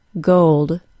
gold